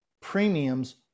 premiums